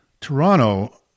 Toronto